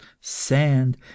sand